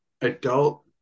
adult